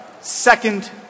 second